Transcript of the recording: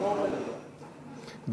הנושא לוועדת החינוך, התרבות והספורט נתקבלה.